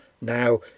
Now